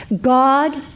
God